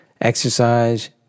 exercise